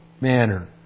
manner